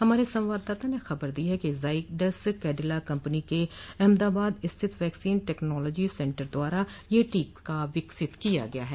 हमारे संवाददाता ने खबर दी है कि जाइडस कैडिला कपंनी के अहमदाबाद स्थित वैक्सीन टेक्नोलॉजी सेंटर द्वारा ये टीका विकसित किया गया है